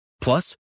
Plus